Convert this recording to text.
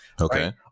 Okay